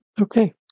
Okay